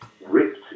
ripped